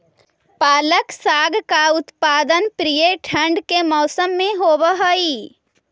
पालक साग का उत्पादन प्रायः ठंड के मौसम में होव हई